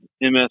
MS